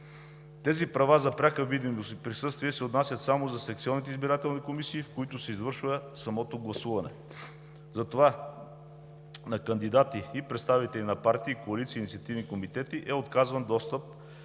Тези права за пряка видимост и присъствие се отнасят само за секционните избирателни комисии, в които се извършва самото гласуване. Затова на кандидати и представители на партии, коалиции и инициативни комитети е отказван достъп